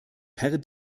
per